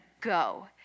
go